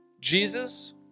Jesus